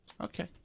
Okay